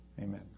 Amen